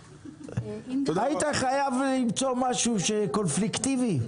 היית חייב למצוא משהו קונפליקטיבי?